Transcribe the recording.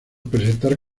presentar